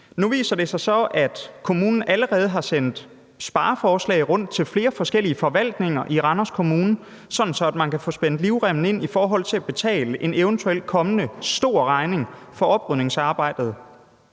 Nu viser det sig så, at kommunen allerede har sendt spareforslag rundt til flere forskellige forvaltninger i Randers Kommune, sådan at man kan få spændt livremmen ind i forhold til at betale en eventuelt kommende stor regning for oprydningsarbejdet.